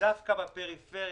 ודווקא בפריפריה,